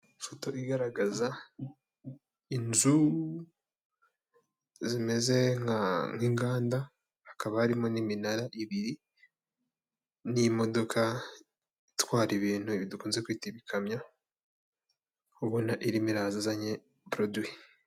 Ifoto igaragaza inzu zimeze nk'inganda hakaba harimo n'iminara ibiri n'imodoka itwara ibintu dukunze kwita ikamyo ubona irimo iraza izanye poroduwi.